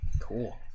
Cool